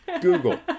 Google